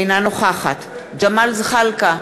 אינה נוכחת ג'מאל זחאלקה,